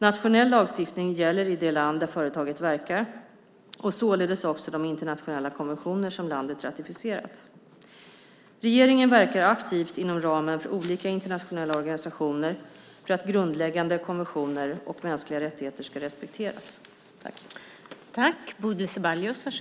Nationell lagstiftning gäller i det land där företaget verkar och således också de internationella konventioner som landet ratificerat. Regeringen verkar aktivt inom ramen för olika internationella organisationer för att grundläggande konventioner om mänskliga rättigheter ska respekteras.